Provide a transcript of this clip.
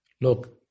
Look